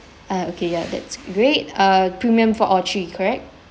ah okay ya that's great uh premium for all three correct